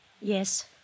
Yes